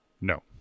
No